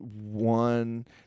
one